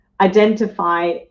identify